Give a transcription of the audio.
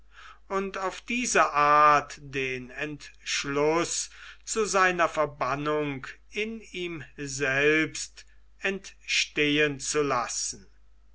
und auf diese art den entschluß zu seiner verbannung in ihm selbst entstehen zu lassen